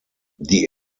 die